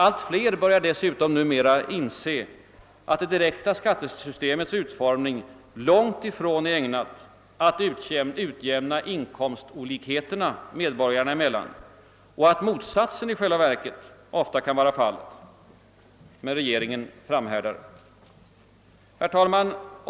Allt fler börjar dessutom numera inse, att det direkta skattesystemets utformning långtifrån är ägnad att utjämna inkomstolikheterna medborgarna emellan och att motsatsen i själva verket ofta kan vara fallet. Men regeringen framhärdar. Herr talman!